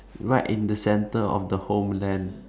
right in the center of the homeland